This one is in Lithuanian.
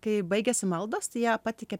kai baigiasi maldos tai jie pateikia